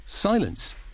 Silence